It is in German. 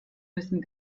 müssen